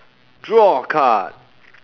draw a card